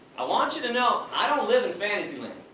i want you to know, i don't live in fantasy land.